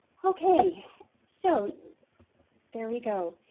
okay so there we go.